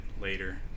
later